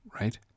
right